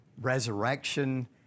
resurrection